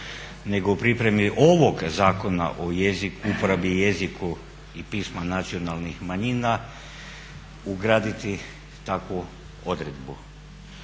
nego u pripremi ovog Zakona o jeziku, uporabi i jeziku i pismu nacionalnih manjina ugraditi takvu odredbu.